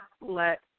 let